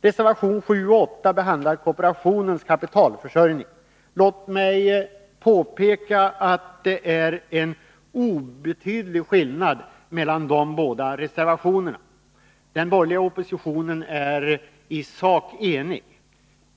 Reservationerna 7 och 8 behandlar kooperationens kapitalförsörjning. Låt mig påpeka att det är en obetydlig skillnad mellan de båda reservationerna. Den borgerliga oppositionen är i sak enig.